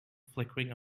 flickering